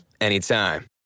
anytime